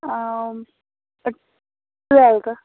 ٲں ٹُویلتھٕ